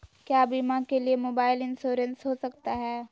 क्या बीमा के लिए मोबाइल इंश्योरेंस हो सकता है?